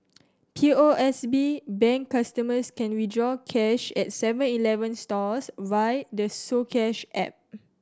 P O S B Bank customers can withdraw cash at Seven Eleven stores via the soCash app